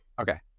Okay